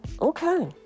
Okay